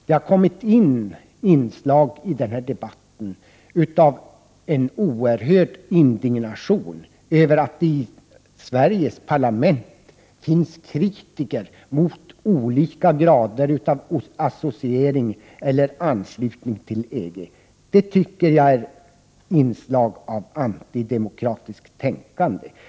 Det har i denna debatt förekommit inslag av en oerhörd indignation över att det i Sveriges parlament finns kritiker mot olika grader av associering eller anslutning till EG. Det tycker jag är ett antidemokratiskt tänkande.